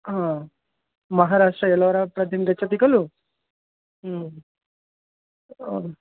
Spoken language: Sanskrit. हा महाराष्ट्रे एलोरा प्रति गच्छति खलु